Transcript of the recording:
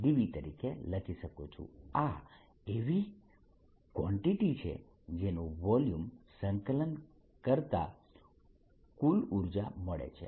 આ એવી કવાંટીટી છે જેનું વોલ્યુમ સંકલન કરતા કુલ ઉર્જા મળે છે